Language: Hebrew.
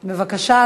בבקשה.